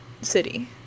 city